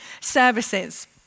services